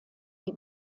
die